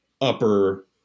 upper